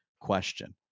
question